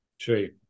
True